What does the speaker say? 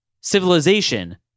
civilization